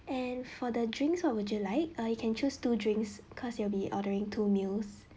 and for the drinks what would you like uh you can choose two drinks cause you'll be ordering two meals